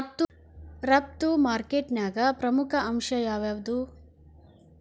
ರಫ್ತು ಮಾರ್ಕೆಟಿಂಗ್ನ್ಯಾಗ ಪ್ರಮುಖ ಅಂಶ ಯಾವ್ಯಾವ್ದು?